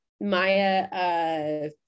Maya